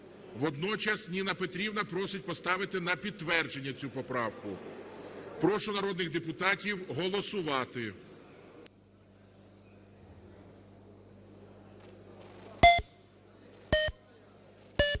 Водночас Ніна Петрівна просить поставити на підтвердження цю поправку. Прошу народних депутатів голосувати.